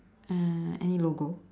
uh any logo